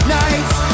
nights